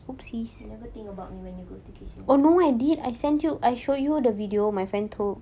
you never think about me when you go staycation